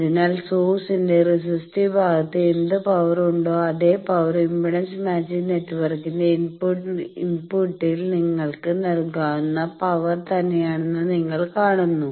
അതിനാൽ സോഴ്സിന്റെ റെസിസ്റ്റീവ് ഭാഗത്ത് എന്ത് പവർ ഉണ്ടോ അതേ പവർ ഇംപെഡൻസ് മാച്ചിങ് നെറ്റ്വർക്കിന്റെ ഇൻപുട്ടിൽ നിങ്ങൾക്ക് നൽകാനാകുന്ന പവർ തന്നെയാണെന്ന് നിങ്ങൾ കാണുന്നു